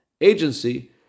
agency